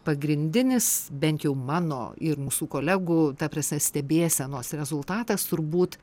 pagrindinis bent jau mano ir mūsų kolegų ta prasme stebėsenos rezultatas turbūt